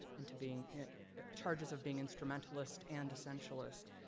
and to being, charges of being instrumentalist and essentialist.